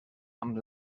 amb